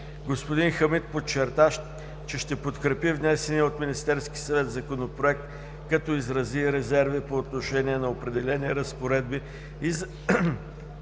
Господин Хамид подчерта, че ще подкрепи внесения от Министерския съвет Законопроект, като изрази резерви по отношение на определени разпоредби